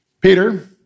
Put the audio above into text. Peter